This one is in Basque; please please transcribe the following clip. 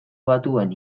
batuen